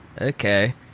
Okay